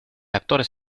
actores